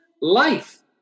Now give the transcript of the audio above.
life